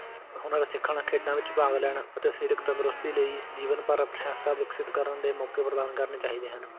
ਹੁਨਰ ਸਿੱਖਣ ਖੇਡਾਂ ਵਿੱਚ ਭਾਗ ਲੈਣ ਅਤੇ ਸਰੀਰਕ ਤੰਦਰੁਸਤੀ ਲਈ ਜੀਵਨ ਭਰ ਪ੍ਰਸ਼ੰਸਾ ਵਿਕਸਿਤ ਕਰਨ ਦੇ ਮੌਕੇ ਪ੍ਰਦਾਨ ਕਰਨੇ ਚਾਹੀਦੇ ਹਨ